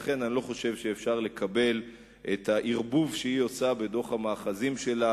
לכן אני לא חושב שאפשר לקבל את הערבוב שהיא עושה בדוח המאחזים שלה,